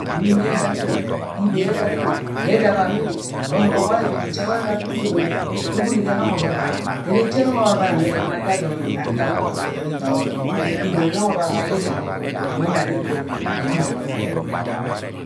Uwuno yẹ ẹda ni ẹrẹ. ibe yẹ ẹda ni ẹrẹ. yẹ ẹda ban ẹrẹ ubọni ugọmọ ware dududu ujat va akẹ uzod nwẹ uju ugbɨni ga ẹnọm ọvavai dẹn eje ẹnọm ọvavai nwẹ ẹrẹ ẹgọnọ akẹ adọn ọnnẹ ga ntak igbɨni ẹnọm ọvavai yẹ ida ulangẹ ena ni-nded ga ẹnọm ọvavai